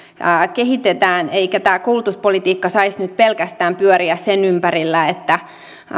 kehitetään eikä tämä koulutuspolitiikka saisi nyt pelkästään pyöriä sen ympärillä